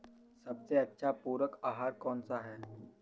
सबसे अच्छा पूरक आहार कौन सा होता है?